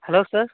hello sir